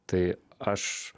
tai aš